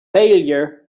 failure